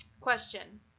question